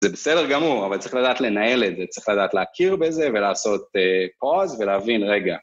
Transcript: זה בסדר גמור, אבל צריך לדעת לנהל את זה, צריך לדעת להכיר בזה ולעשות pause ולהבין, רגע...